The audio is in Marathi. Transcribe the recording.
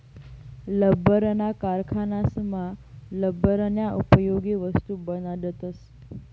लब्बरना कारखानासमा लब्बरन्या उपयोगी वस्तू बनाडतस